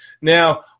now